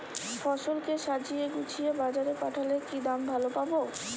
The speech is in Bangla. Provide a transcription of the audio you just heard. ফসল কে সাজিয়ে গুছিয়ে বাজারে পাঠালে কি দাম ভালো পাব?